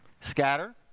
Scatter